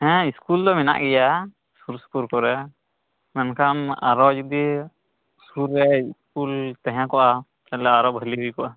ᱦᱮᱸ ᱥᱠᱩᱞ ᱫᱚ ᱢᱮᱱᱟᱜ ᱜᱮᱭᱟ ᱥᱩᱨ ᱥᱩᱯᱩᱨ ᱠᱚᱨᱮ ᱢᱮᱱᱠᱷᱟᱱ ᱟᱨᱚ ᱡᱩᱫᱤ ᱥᱩᱨ ᱨᱮ ᱥᱠᱩᱞ ᱛᱟᱦᱮᱸ ᱠᱚᱜᱼᱟ ᱛᱟᱦᱞᱮ ᱟᱨᱚ ᱵᱷᱟᱹᱜᱤ ᱦᱩᱭ ᱠᱚᱜᱼᱟ